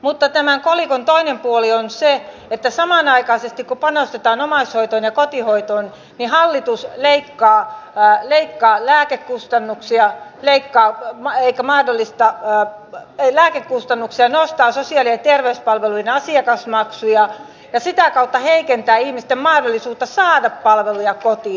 mutta tämän kolikon toinen puoli on se että samanaikaisesti kun panostetaan omaishoitoon ja kotihoitoon hallitus leikkaa lääkekustannusten korvauksia nostaa sosiaali ja terveyspalveluiden asiakasmaksuja ja sitä kautta heikentää ihmisten mahdollisuutta saada palveluja kotiin